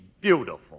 beautiful